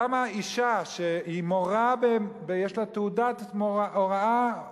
למה אשה שהיא מורה ויש לה תעודת הוראה,